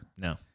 No